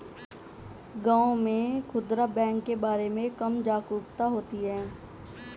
गांव में खूदरा बैंक के बारे में कम जागरूकता होती है